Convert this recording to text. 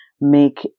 make